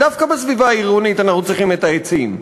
דווקא בסביבה העירונית אנחנו צריכים את העצים.